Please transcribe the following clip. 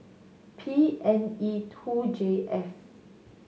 P N E two J F